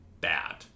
bad